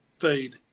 fade